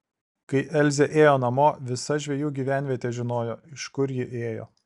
kai elzė ėjo namo visa žvejų gyvenvietė žinojo iš kur ji ėjo